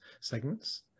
segments